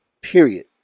Period